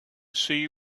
see